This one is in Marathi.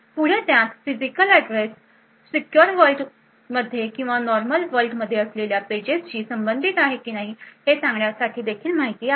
पुढे त्यात फिजिकल ऍड्रेस सीक्युर वर्ल्डमध्ये किंवा नॉर्मल वर्ल्डमध्ये असलेल्या पेजेसशी संबंधित आहे की नाही हे सांगण्यासाठी देखील माहिती आहे